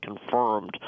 confirmed